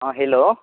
हँ हेलो